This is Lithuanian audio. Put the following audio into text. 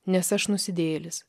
nes aš nusidėjėlis